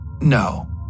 No